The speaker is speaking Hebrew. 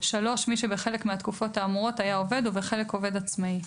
(3)מי שבחלק מהתקופות האמורות היה עובד ובחלק עובד עצמאי".